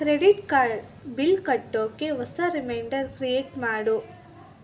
credit card bill ಕಟ್ಟೋಕ್ಕೆ ಹೊಸ reminder create ಮಾಡು